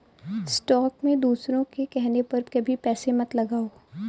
stock में दूसरों के कहने पर कभी पैसे मत लगाओ